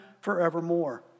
forevermore